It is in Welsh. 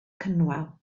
cynwal